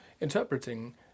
interpreting